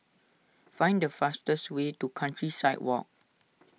find the fastest way to Countryside Walk